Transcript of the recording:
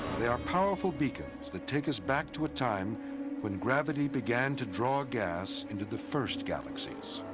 they are powerful beacons that take us back to a time when gravity began to draw gas into the first galaxies.